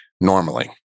normally